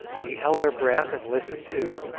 we held our breath and listened too,